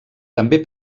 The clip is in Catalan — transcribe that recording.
també